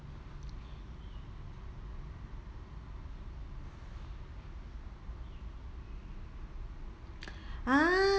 ah